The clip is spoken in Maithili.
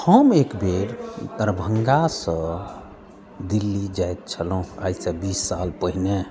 हम एक बेर दरभङ्गासँ दिल्ली जाइत छलहुँ आइसँ बीस साल पहिने